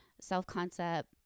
self-concept